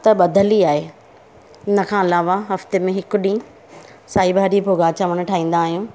त ॿधियल ई आहे हिनखां अलावा हफ़्ते में हिकु ॾींहुं साई भाॼी भुॻा चांवर ठाहींदा आहियूं